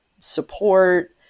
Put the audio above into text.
support